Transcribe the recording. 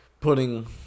putting